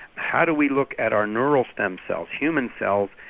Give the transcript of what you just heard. how do we look at our neural stem cells, human cells,